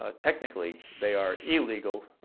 ah technically, they are illegal